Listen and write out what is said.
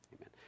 amen